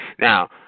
Now